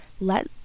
let